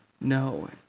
no